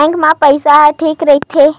Bank मा पईसा ह ठीक राइथे?